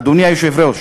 אדוני היושב-ראש,